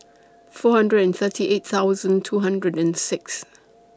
four hundred and thirty eight thousand two hundred and six